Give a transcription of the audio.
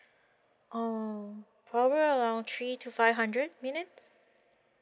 um probably around three to five hundred minutes